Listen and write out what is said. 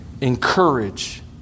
encourage